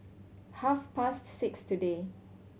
half past six today